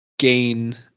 Gain